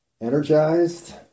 energized